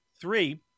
Three